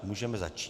Můžeme začít.